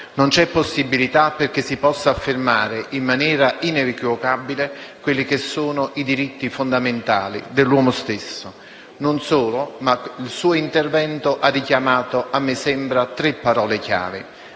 non c'è possibilità perché si possano affermare in maniera inequivocabili i diritti fondamentali dell'uomo. Non solo, ma il suo intervento ha richiamato - a me sembra - due parole chiave: